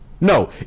No